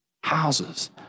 houses